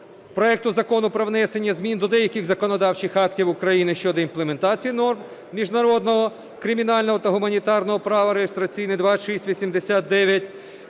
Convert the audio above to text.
проекту Закону про внесення змін до деяких законодавчих актів України щодо імплементації норм міжнародного кримінального та гуманітарного права (реєстраційний 2689),